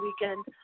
weekend